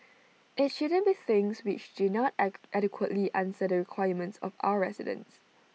IT shouldn't be things which do not egg adequately answer the requirements of our residents